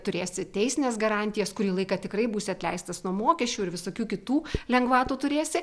turėsi teisines garantijas kurį laiką tikrai būsi atleistas nuo mokesčių ir visokių kitų lengvatų turėsi